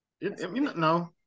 No